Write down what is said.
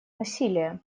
насилия